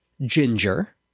ginger